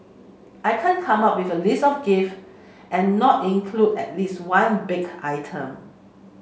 I can't come up with a list of gifts and not include at least one baked item